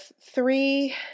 three